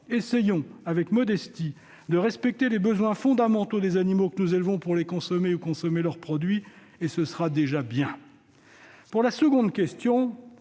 Essayons, avec modestie, de respecter les besoins fondamentaux des animaux que nous élevons pour les consommer ou consommer leurs produits ; ce sera déjà bien ! Quant à la seconde question,